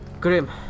Grim